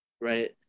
right